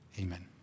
Amen